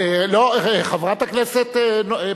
חברת הכנסת רונית תירוש,